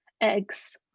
eggs